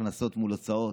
הכנסות מול הוצאות,